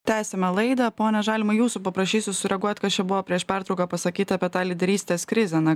tęsiame laidą pone žalimai jūsų paprašysiu sureaguot kas čia buvo prieš pertrauką pasakyta apie tą lyderystės krizę na